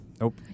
Nope